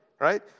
right